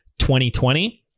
2020